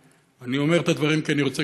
אני אומר את הדברים כי גם אני רוצה